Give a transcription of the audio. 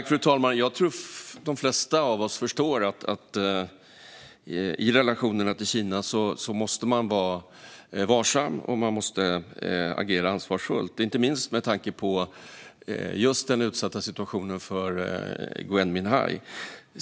Fru talman! Jag tror att de flesta av oss förstår att man i relationerna med Kina måste vara varsam och agera ansvarsfullt, inte minst med tanke på just den utsatta situationen för Gui Minhai.